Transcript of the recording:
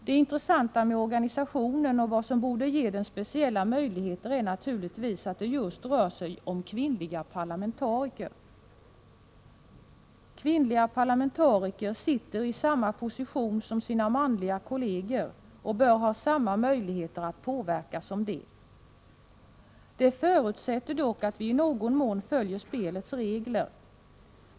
Det intressanta med organisationen, och vad som borde ge den speciella möjligheter, är naturligtvis att det just rör sig om kvinnliga parlamentariker. Kvinnliga parlamentariker sitter i samma position som sina manliga kolleger och bör ha samma möjligheter att påverka som de. Detta förutsätter dock att man i någon mån följer spelets regler.